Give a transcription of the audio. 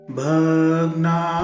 Bhagna